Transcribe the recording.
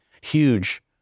huge